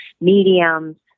mediums